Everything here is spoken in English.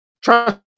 Trust